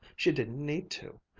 she didn't need to.